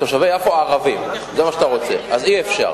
תושבי יפו הערבים, זה מה שאתה רוצה, אז אי-אפשר.